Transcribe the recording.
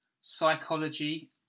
psychology